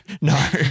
no